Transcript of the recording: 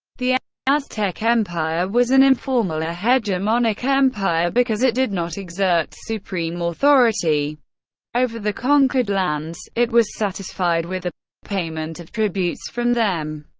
the aztec empire was an informal or hegemonic empire, because it did not exert supreme authority over the conquered lands it was satisfied with the payment of tributes from them.